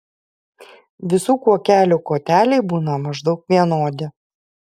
visų kuokelių koteliai būna maždaug vienodi